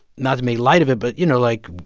not to make light of it, but, you know, like,